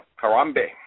Karambe